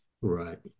right